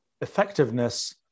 effectiveness